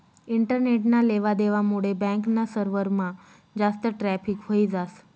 इंटरनेटना लेवा देवा मुडे बॅक ना सर्वरमा जास्त ट्रॅफिक व्हयी जास